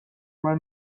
منو